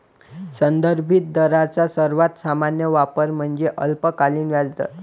संदर्भित दरांचा सर्वात सामान्य वापर म्हणजे अल्पकालीन व्याजदर